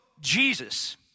Jesus